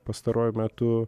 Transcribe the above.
pastaruoju metu